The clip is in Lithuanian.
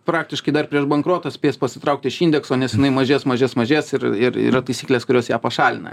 praktiškai dar prieš bankrotą spės pasitraukti iš indekso nes jinai mažės mažės mažės ir ir yra taisyklės kurios ją pašalina